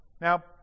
Now